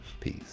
Peace